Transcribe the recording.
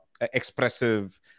expressive